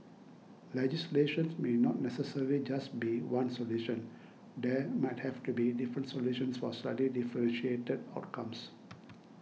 legislation may not necessarily just be one solution there might have to be different solutions for slightly differentiated outcomes